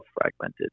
fragmented